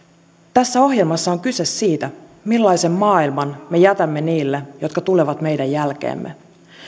tässä ohjelmassa on kyse siitä millaisen maailman me jätämme niille jotka tulevat meidän jälkeemme